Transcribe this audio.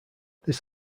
this